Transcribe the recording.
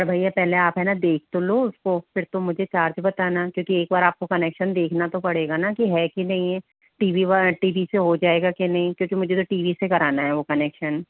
भैया आप पहले है न देख तो लो उसको फिर तुम मुझे चार्ज बताना क्योंकि एक बार आपको कनेक्शन देखना तो पड़ेगा न कि है कि नहीं है टी वी टी वी से हो जायेगा के नही क्योंकि मुझे तो टी वी से कराना है वह कनेक्शन